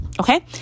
Okay